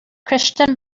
christian